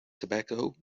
tobacco